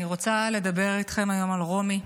אני רוצה לדבר איתכם היום על רומי,